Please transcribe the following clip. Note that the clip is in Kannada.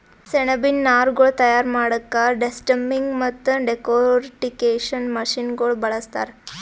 ಸೆಣಬಿನ್ ನಾರ್ಗೊಳ್ ತಯಾರ್ ಮಾಡಕ್ಕಾ ಡೆಸ್ಟಮ್ಮಿಂಗ್ ಮತ್ತ್ ಡೆಕೊರ್ಟಿಕೇಷನ್ ಮಷಿನಗೋಳ್ ಬಳಸ್ತಾರ್